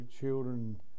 children